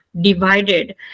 divided